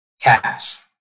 cash